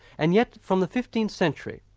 and yet from the fifteenth century,